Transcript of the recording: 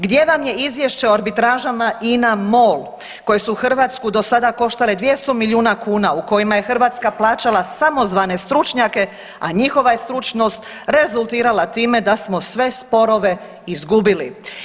Gdje vam je izvješće o arbitražama INA-Mol koje su Hrvatsku do sada koštale 200 milijuna kuna, u kojima je Hrvatska plaćala samozvane stručnjake a njihova je stručnost rezultirala time da smo sve sporove izgubili?